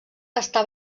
està